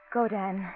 Godan